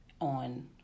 on